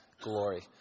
glory